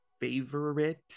favorite